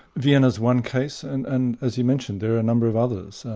vienna's one case, and and as you mentioned there are a number of others.